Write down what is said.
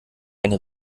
eine